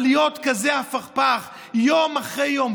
אבל להיות כזה הפכפך יום אחרי יום,